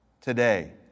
today